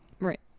Right